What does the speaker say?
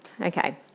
Okay